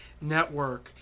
Network